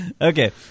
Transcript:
Okay